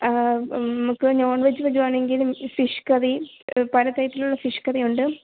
നമുക്ക് non veg വരുവാണെങ്കിൽ fish curry പല തരത്തിലുള്ള ഫിഷ് കറി ഉണ്ട്